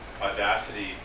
Audacity